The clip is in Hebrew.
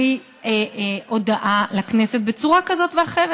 בלי הודעה לכנסת בצורה כזאת ואחרת.